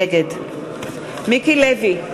נגד מיקי לוי,